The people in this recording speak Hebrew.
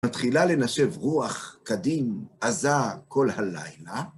מתחילה לנשב רוח קדים עזה כל הלילה.